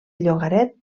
llogaret